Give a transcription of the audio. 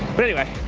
but anyway,